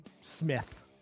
Smith